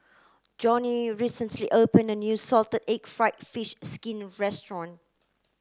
Joni recently opened a new salted egg fried fish skin restaurant